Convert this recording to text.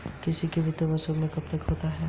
कृषि का वित्तीय वर्ष कब से कब तक होता है?